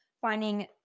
finding